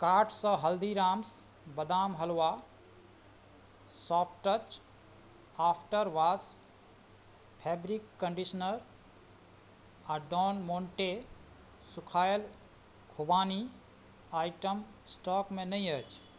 कार्टसे हल्दीराम्स बादाम हलवा soft touch after wash fabric conditioner आओर डॉन मोन्टे सुखाएल खुबानी आइटम स्टॉकमे नहि अछि